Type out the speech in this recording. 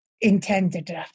intended